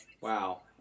Wow